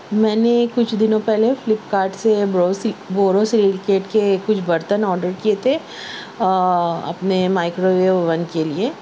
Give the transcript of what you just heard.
میں نے کچھ دنوں پہلے فلپکارٹ سے بوروسی بورو سیلکیٹ کے کچھ برتن آرڈر کئے تھے اپنے مائیکرو ویو اون کے لئے